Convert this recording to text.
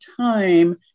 time